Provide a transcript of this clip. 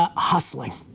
ah hustling.